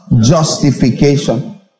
justification